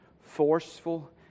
forceful